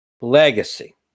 Legacy